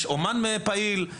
יש אומן פעיל.